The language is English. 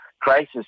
crisis